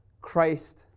Christ